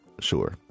sure